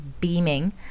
beaming